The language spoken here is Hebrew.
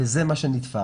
וזה מה שנתפר.